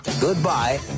Goodbye